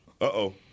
Uh-oh